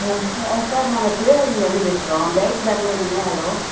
ம் sir sir நாங்கள் சிவகங்கையிலருந்து பேசுகிறோம் கைட் தானுங்களே நீங்கள் ஹலோ